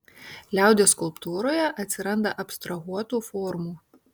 liaudies skulptūroje atsiranda abstrahuotų formų